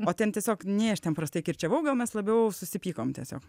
o ten tiesiog nei aš ten prastai kirčiavau gal mes labiau susipykom tiesiog